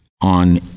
on